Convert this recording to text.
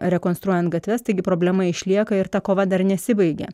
rekonstruojant gatves taigi problema išlieka ir ta kova dar nesibaigė